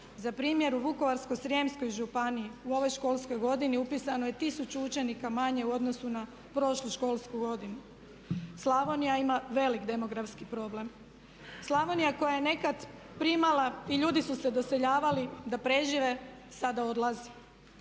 Za primjer, u Vukovarsko-srijemskoj županiji u ovoj školskoj godini upisano je 1000 učenika manje u odnosu na prošlu školsku godinu. Slavonija ima velik demografski problem, Slavonija koja je nekad primala i ljudi su se doseljavali da prežive a sada odlaze.